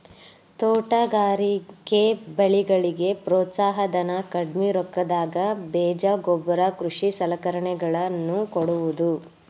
ತೋಟಗಾರಿಕೆ ಬೆಳೆಗಳಿಗೆ ಪ್ರೋತ್ಸಾಹ ಧನ, ಕಡ್ಮಿ ರೊಕ್ಕದಾಗ ಬೇಜ ಗೊಬ್ಬರ ಕೃಷಿ ಸಲಕರಣೆಗಳ ನ್ನು ಕೊಡುವುದು